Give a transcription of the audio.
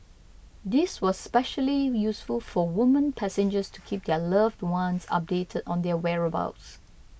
this was especially useful for women passengers to keep their loved ones updated on their whereabouts